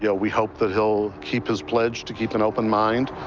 yeah we hope that he'll keep his pledge to keep an open mind.